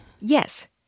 Yes